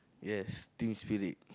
yes team's Phillip